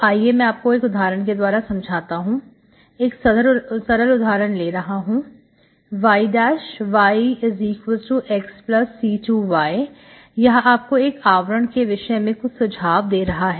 तो आइए मैं आपको एक उदाहरण के द्वारा समझाता हूं एक सरल उदाहरण ले रहा हूं y yxc2y यह आपको एक आवरण के विषय में कुछ सुझाव दे रहा है